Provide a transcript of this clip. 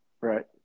right